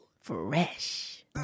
fresh